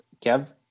Kev